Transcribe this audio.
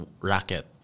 racket